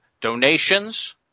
donations